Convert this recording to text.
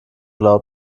laut